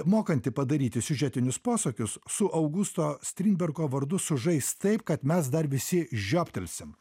mokanti padaryti siužetinius posūkius su augusto strindbergo vardu sužais taip kad mes dar visi žioptelsim